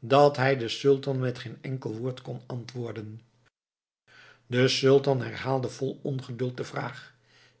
dat hij den sultan met geen enkel woord kon antwoorden de sultan herhaalde vol ongeduld de vraag